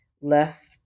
left